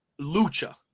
Lucha